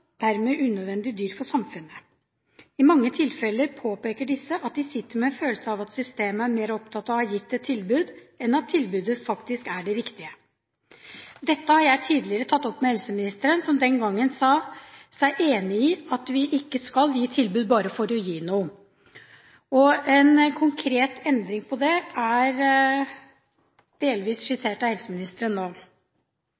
dermed unødvendig dyr for samfunnet. I mange tilfeller påpeker disse at de sitter med en følelse av at systemet er mer opptatt av å ha gitt et tilbud enn at tilbudet faktisk er det riktige. Dette har jeg tidligere tatt opp med helseministeren, som den gang sa seg enig i at vi ikke skal gi tilbud bare for å gi noe. En konkret endring på det er delvis